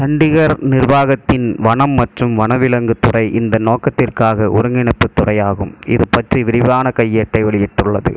சண்டிகர் நிர்வாகத்தின் வனம் மற்றும் வனவிலங்குத் துறை இந்த நோக்கத்திற்காக ஒருங்கிணைப்புத் துறையாகும் இது பற்றி விரிவான கையேட்டை வெளியிட்டுள்ளது